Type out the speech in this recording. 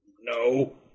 No